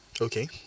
Okay